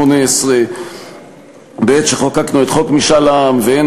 השנייה והשלישית ולדחות את